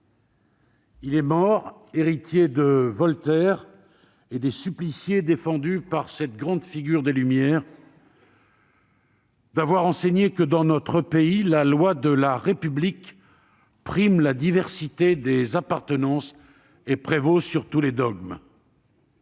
Il est mort, héritier de Voltaire et des suppliciés défendus par cette grande figure des Lumières, d'avoir enseigné que, dans notre pays, la loi de la République prime la diversité des appartenances et prévaut sur tous les dogmes.